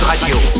radio